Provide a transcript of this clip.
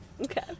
Okay